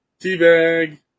Teabag